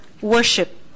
worship